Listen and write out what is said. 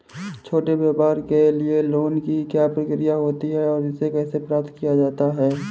छोटे व्यापार के लिए लोंन की क्या प्रक्रिया होती है और इसे कैसे प्राप्त किया जाता है?